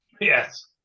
Yes